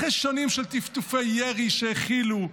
אחרי שנים של טפטופי ירי שהכילו,